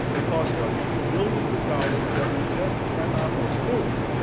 it costs us billions of dollars that we just cannot afford,